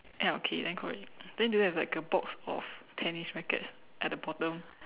ya okay then correct then do you have like a box of tennis racket at the bottom